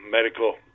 medical